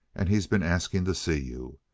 and he's been asking to see you.